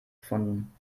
gefunden